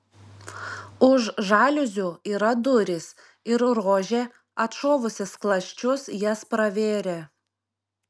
už žaliuzių yra durys ir rožė atšovusi skląsčius jas pravėrė